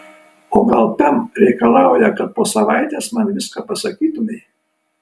o gal pem reikalauja kad po savaitės man viską pasakytumei